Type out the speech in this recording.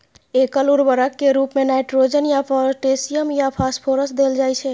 एकल उर्वरक के रूप मे नाइट्रोजन या पोटेशियम या फास्फोरस देल जाइ छै